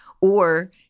Or-